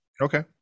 Okay